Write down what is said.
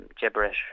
gibberish